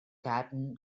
captain